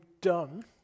done